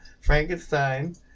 Frankenstein